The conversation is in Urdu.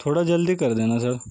تھوڑا جلدی کر دینا سر